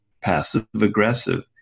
passive-aggressive